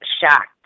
shocked